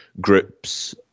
groups